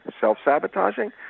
self-sabotaging